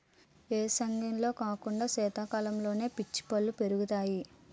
ఏసంగిలో కాకుండా సీతకాలంలోనే పీచు పల్లు పెరుగుతాయి